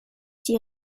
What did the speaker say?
die